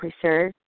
preserved